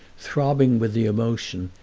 throbbing with the emotion,